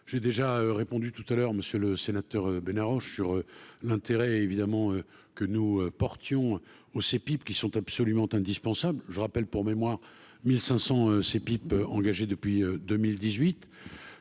j'ai déjà répondu tout à l'heure monsieur le sénateur ben arrange sur l'intérêt, évidemment, que nous Portions c'est pipe qui sont absolument indispensables, je rappelle pour mémoire, 1500 ces pipes engagé depuis 2018